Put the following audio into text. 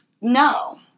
no